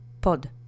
POD